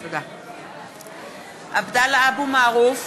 (קוראת בשמות חברי הכנסת) עבדאללה אבו מערוף,